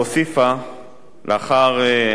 לאחר מספר דיונים רב